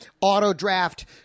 auto-draft